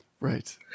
Right